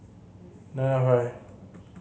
nine nine five